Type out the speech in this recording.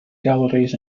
galleries